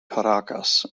caracas